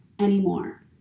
anymore